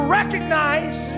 recognize